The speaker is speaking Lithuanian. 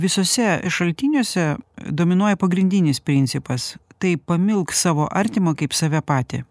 visuose šaltiniuose dominuoja pagrindinis principas tai pamilk savo artimą kaip save patį